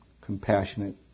compassionate